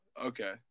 Okay